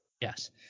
Yes